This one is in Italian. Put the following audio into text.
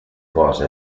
cosa